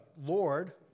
Lord